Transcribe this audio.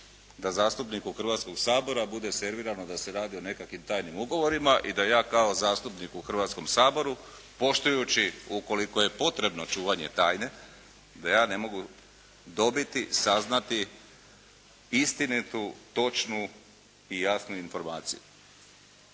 da zastupniku Hrvatskoga sabora bude servirano da se radi o nekakvim tajnim ugovorima i da ja kao zastupnik u Hrvatskom saboru poštujući ukoliko je potrebno čuvanje tajne, da ja ne mogu dobiti, saznati istinitu, točnu i jasnu informaciju.